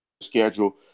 schedule